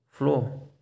Flow